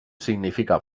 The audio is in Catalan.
significa